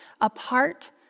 apart